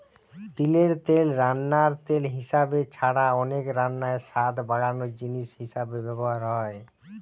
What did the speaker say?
তিলের তেল রান্নার তেল হিসাবে ছাড়া অনেক রান্নায় স্বাদ বাড়ানার জিনিস হিসাবে ব্যভার হয়